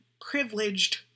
privileged